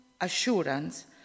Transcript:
assurance